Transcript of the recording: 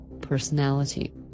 Personality